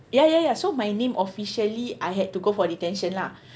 ya ya ya so my name officially I had to go for detention lah